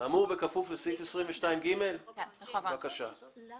האמור בכפוף לסעיף 22ג. אנחנו